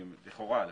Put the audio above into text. לכאורה לפחות,